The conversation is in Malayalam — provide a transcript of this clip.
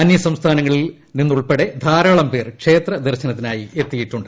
അന്യസംസ്ഥാനങ്ങളിൽ നിന്നുൾപ്പെടെ ധാരാളംപേർ ക്ഷേത്രദർശനത്തിനായി എത്തിയിട്ടുണ്ട്